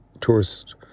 tourists